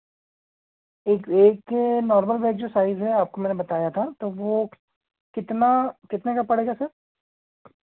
एक ये normal bag जो साइज़ है आपको मैंने बताया था तो वो कितना कितने का पड़ेगा सर